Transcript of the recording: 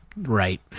Right